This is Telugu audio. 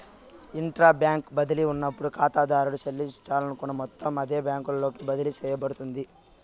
ఇంట్రా బ్యాంకు బదిలీ ఉన్నప్పుడు కాతాదారుడు సెల్లించాలనుకున్న మొత్తం అదే బ్యాంకులోకి బదిలీ సేయబడతాది